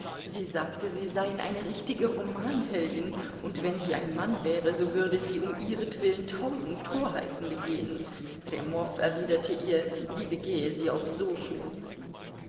sie sagte sie seien eine richtige romanheldin und wenn sie ein mann wäre so würde sie um ihretwillen tausend torheiten begehen stremow erwiderte ihr die begehe sie auch so schon